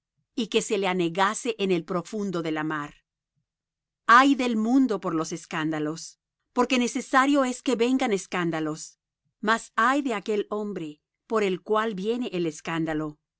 y que se le anegase en el profundo de la mar ay del mundo por los escándalos porque necesario es que vengan escándalos mas ay de aquel hombre por el cual viene el escándalo